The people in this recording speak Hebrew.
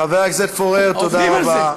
חבר הכנסת פורר, תודה רבה.